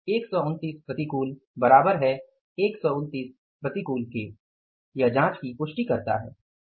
129 प्रतिकूल बराबर है 129 प्रतिकूल के यह जाँच की पुष्टि करता है